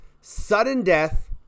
sudden-death